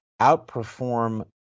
outperform